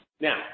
Now